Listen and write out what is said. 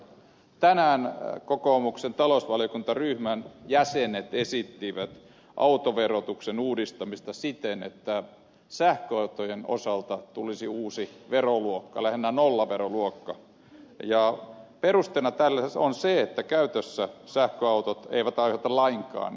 tänään kokoomuksen talousvaliokuntaryhmän jäsenet esittivät autoverotuksen uudistamista siten että sähköautojen osalta tulisi uusi veroluokka lähinnä nollaveroluokka ja perusteena tälle on se että käytössä sähköautot eivät aiheuta lainkaan hiilidioksidipäästöjä